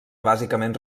bàsicament